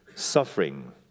Suffering